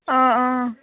অঁ অঁ